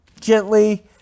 Gently